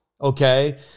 okay